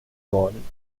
worden